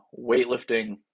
weightlifting